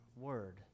word